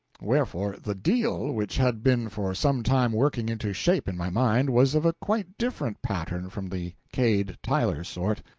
wherefore, the deal which had been for some time working into shape in my mind was of a quite different pattern from the cade-tyler sort.